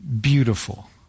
beautiful